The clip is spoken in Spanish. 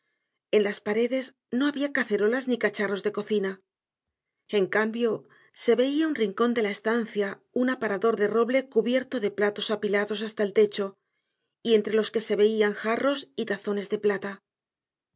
en las paredes no había cacerolas ni cacharros de cocina en cambio se veía en un rincón de la estancia un aparador de roble cubierto de platos apilados hasta el techo y entre los que se veían jarros y tazones de plata